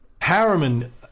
Harriman